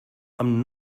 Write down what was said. i’m